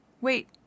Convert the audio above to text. Wait